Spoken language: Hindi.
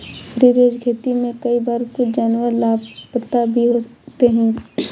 फ्री रेंज खेती में कई बार कुछ जानवर लापता भी हो सकते हैं